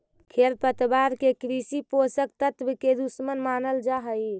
खेरपतवार के कृषि पोषक तत्व के दुश्मन मानल जा हई